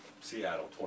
Seattle